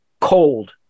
cold